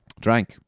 Drank